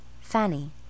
Fanny